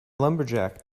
lumberjack